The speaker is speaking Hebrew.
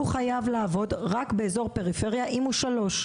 הוא חייב לעבוד רק באזור פריפריה אם הוא שלוש.